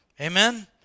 Amen